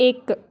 ਇੱਕ